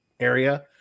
area